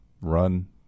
run